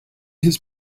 his